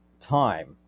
time